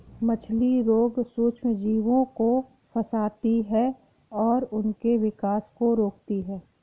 मछली रोग सूक्ष्मजीवों को फंसाती है और उनके विकास को रोकती है